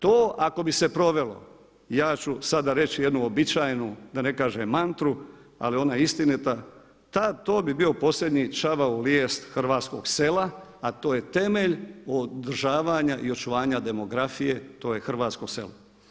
To ako bi se provelo, ja ću sada reći jednu uobičajenu da ne kažem mantru ali ona je istinita, to bi bio posljednji čavao u lijes hrvatskog sela a to je temelj održavanja i očuvanja demografije, to je hrvatsko selo.